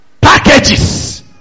packages